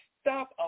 stop